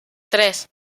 tres